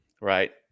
right